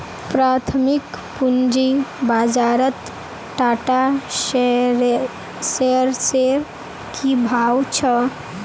प्राथमिक पूंजी बाजारत टाटा शेयर्सेर की भाव छ